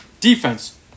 defense